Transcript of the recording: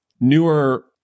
newer